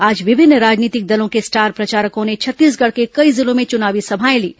आज विभिन्न राजनीतिक दलों के स्टार प्रचारकों ने छत्तीसगढ़ के कई जिलों में चुनावी सभाएं लीं